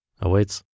awaits